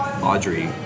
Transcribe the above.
Audrey